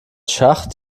schacht